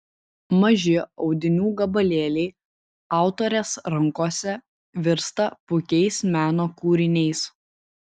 maži audinių gabalėliai autorės rankose virsta puikiais meno kūriniais